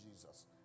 Jesus